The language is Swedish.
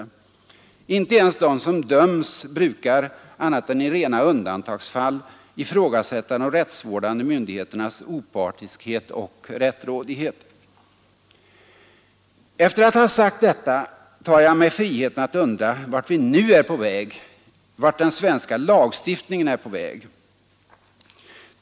Inte ens de som döms brukar, annat än i rena undantagsfall, ifrågasätta de rättsvårdande myndigheter nas opartiskhet och rättrådighet. Efter att ha sagt detta tar jag mig friheten att undra vart vi nu är på väg, vart den svenska lagstiftningen är på väg.